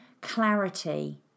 clarity